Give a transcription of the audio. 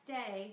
day